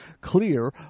clear